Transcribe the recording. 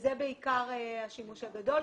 זה בעיקר השימוש הגדול.